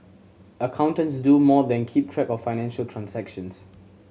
accountants do more than keep track of financial transactions